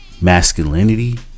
masculinity